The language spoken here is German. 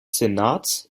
senats